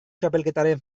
txapelketaren